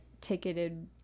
ticketed